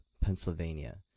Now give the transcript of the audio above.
Pennsylvania